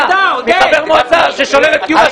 מחבר מועצה ששולל את קיום המדינה.